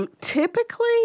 Typically